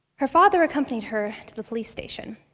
her father accompanied her to the police station.